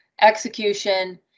execution